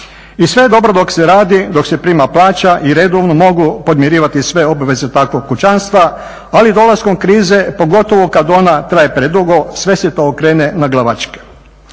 I sve je dobro dok se radi, dok se prima plaća i redovno mogu podmirivati sve obveze takvog kućanstva, ali dolaskom krize, pogotovo kad ona traje predugo, sve se to okrene naglavačke.